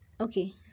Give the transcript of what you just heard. Okay